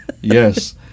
Yes